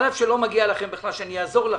לא מגיע לכם בכלל שאעזור לכם.